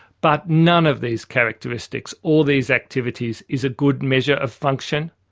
but none of these characteristics, or these activities, is a good measure of function.